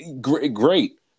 Great